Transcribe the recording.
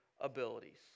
abilities